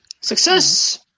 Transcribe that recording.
Success